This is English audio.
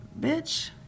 bitch